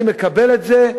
אני מקבל את זה,